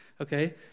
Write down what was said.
okay